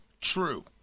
true